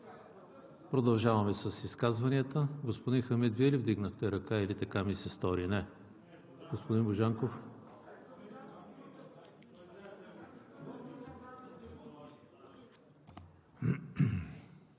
Продължаваме с изказванията. Господин Хамид, Вие ли вдигнахте ръка, или така ми се стори? Не. Господин Божанков,